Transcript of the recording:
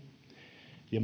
ja